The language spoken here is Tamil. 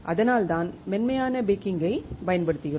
அதனால்தான் மென்மையான பேக்கிங்கைப் பயன்படுத்துகிறோம்